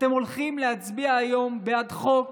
אתם הולכים להצביע היום בעד חוק